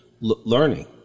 Learning